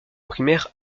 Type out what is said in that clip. primaire